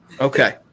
Okay